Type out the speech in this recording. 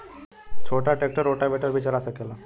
छोटा tractor rotavator भी चला सकेला?